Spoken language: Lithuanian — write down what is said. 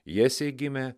jesei gimė